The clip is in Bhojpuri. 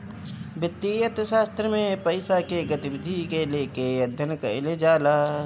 वित्तीय अर्थशास्त्र में पईसा के गतिविधि के लेके अध्ययन कईल जाला